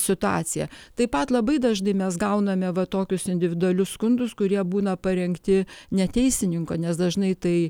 situaciją taip pat labai dažnai mes gauname va tokius individualius skundus kurie būna parengti ne teisininko nes dažnai tai